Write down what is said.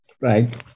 Right